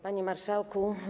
Panie Marszałku!